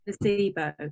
placebo